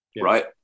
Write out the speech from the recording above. right